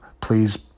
Please